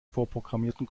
vorprogrammierten